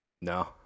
no